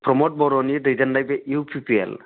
प्रमद बर'नि दैदेनायाव बे इउ पि पि एल